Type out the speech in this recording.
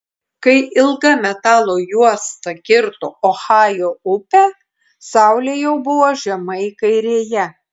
kai ilga metalo juosta kirto ohajo upę saulė jau buvo žemai kairėje